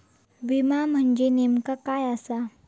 विमा म्हणजे नेमक्या काय आसा?